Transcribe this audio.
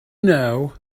know